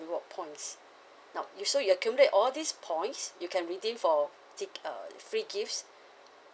reward points now you so you accumulate all these points you can redeem for free uh free gifts